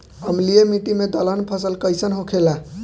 अम्लीय मिट्टी मे दलहन फसल कइसन होखेला?